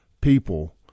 people